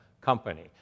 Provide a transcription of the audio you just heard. company